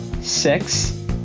six